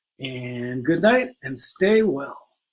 and good night and stay well